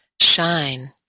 Shine